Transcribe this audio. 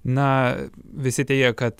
na visi teigia kad